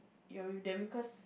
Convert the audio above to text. you're with them because